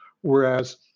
Whereas